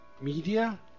media